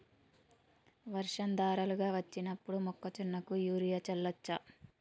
వర్షం ధారలుగా వచ్చినప్పుడు మొక్కజొన్న కు యూరియా చల్లచ్చా?